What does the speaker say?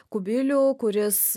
kubilių kuris